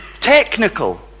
technical